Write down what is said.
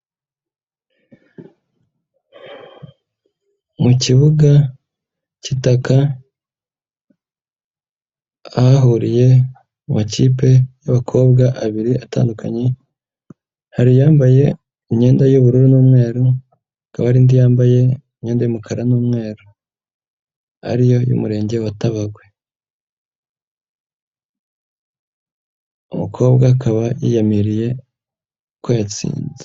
Mu kibuga cy'itaka ahahuriye amakipe y'abakobwa abiri atandukanye, hari iyambaye imyenda y'ubururu n'umweru, hakaba iyambaye imyenda y'umukara n'umweru ariyo y'umurenge wa Tabagwe. Umukobwa akaba yiyamiriye ko yatsinze.